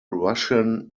russian